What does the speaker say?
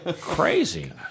crazy